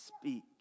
speak